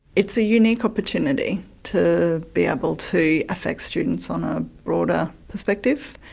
it's a unique opportunity to be able to affect students on a broader perspective,